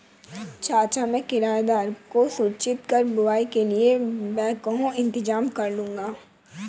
चाचा मैं किराएदार को सूचित कर बुवाई के लिए बैकहो इंतजाम करलूंगा